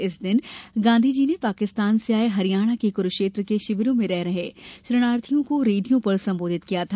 इस दिन गांधी जी ने पाकिस्तान से आये हरियाणा के क्रूक्षेत्र के शिविरों में रह रहे शरणार्थियों को रेडियो पर संबोधित किया था